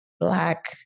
black